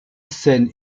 scènes